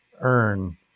earn